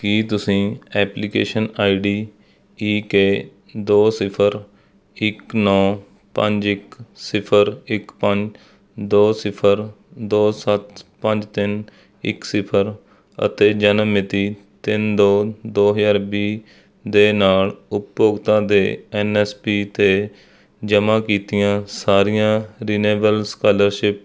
ਕੀ ਤੁਸੀਂ application I D E K ਦੋ ਸਿਫਰ ਇੱਕ ਨੌ ਪੰਜ ਇੱਕ ਸਿਫਰ ਇੱਕ ਪੰਜ ਦੋ ਸਿਫਰ ਦੋ ਸੱਤ ਪੰਜ ਤਿੰਨ ਇੱਕ ਸਿਫਰ ਅਤੇ ਜਨਮ ਮਿਤੀ ਤਿੰਨ ਦੋ ਦੋ ਹਜ਼ਾਰ ਵੀਹ ਦੇ ਨਾਲ਼ ਉਪਭੋਗਤਾ ਦੇ ਐੱਨ ਐੱਸ ਪੀ 'ਤੇ ਜਮ੍ਹਾਂ ਕੀਤੀਆਂ ਸਾਰੀਆਂ ਰੀਨੇਬਲ ਸਕਾਲਰਸ਼ਿਪ